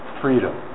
freedom